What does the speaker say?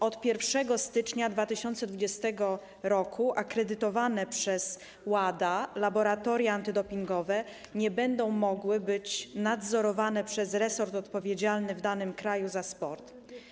Od 1 stycznia 2022 r. akredytowane przez WADA laboratoria antydopingowe nie będą mogły być nadzorowane przez resort odpowiedzialny w danym kraju za sport.